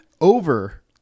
over